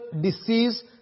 disease